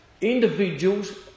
individuals